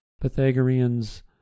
Pythagoreans